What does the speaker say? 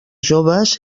joves